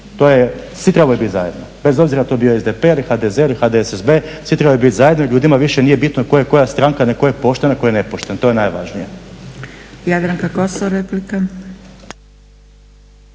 svi trebaju biti zajedno bez obzira to bio SDP ili HDZ ili HDSSB svi trebaj biti zajedno i ljudima više nije bitno koja je koja stranka nego tko je pošten, a tko nepošten to je najvažnije.